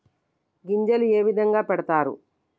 గింజలు ఏ విధంగా పెడతారు?